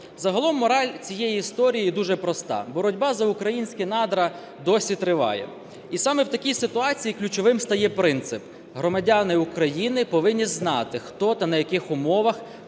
Загалом мораль цієї історії дуже проста – боротьба за українські надра досі триває. І саме в такій ситуації ключовим стає принцип: громадяни України повинні знати, хто та на яких умовах